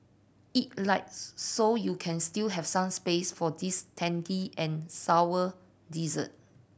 eat light so you can still have some space for this tangy and sour dessert